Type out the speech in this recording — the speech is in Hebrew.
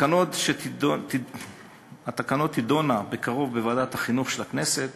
התקנות תידונה בקרוב בוועדת החינוך של הכנסת,